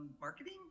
marketing